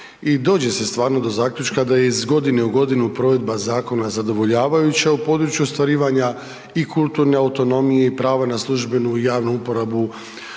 dođe se stvarno do zaključka da iz godine u godinu provedba zakona zadovoljavajuća u području ostvarivanja i kulturne autonomije i prava na službenu i javnu uporabu